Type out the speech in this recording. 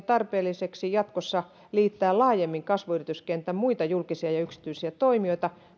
tarpeelliseksi jatkossa liittää laajemmin kasvuyrityskentän muita julkisia ja yksityisiä toimijoita